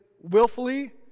willfully